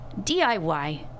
DIY